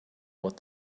what